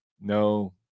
No